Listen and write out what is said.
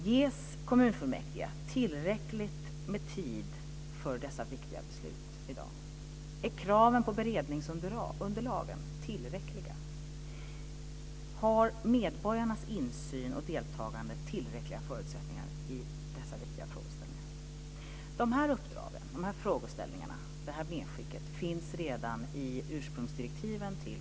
Ges kommunfullmäktige tillräckligt med tid för dessa viktiga beslut? Är kraven på beredningsunderlag tillräckliga? Har medborgarnas insyn och deltagande tillräckliga förutsättningar i dessa viktiga frågeställningar? De här uppdragen, de här frågeställningarna, det här medskicket finns redan i ursprungsdirektiven till